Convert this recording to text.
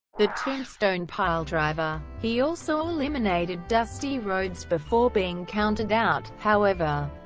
the tombstone piledriver. he also eliminated dusty rhodes before being counted out however,